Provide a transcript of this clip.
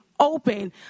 open